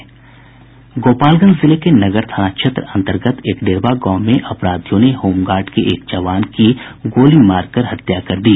गोपालगंज जिले के नगर थाना क्षेत्र अन्तर्गत एकडेरवा गांव में अपराधियों ने होमगार्ड के एक जवान की गोली मारकर हत्या कर दी